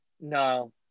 No